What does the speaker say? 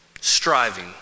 striving